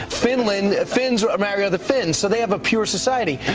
fin land, finns ah marry other finns so they have a pure society.